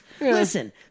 Listen